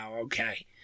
okay